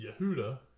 Yehuda